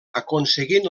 aconseguint